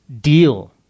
deal